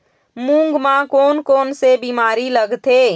मूंग म कोन कोन से बीमारी लगथे?